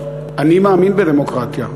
אני מאמין בדמוקרטיה,